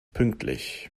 pünktlich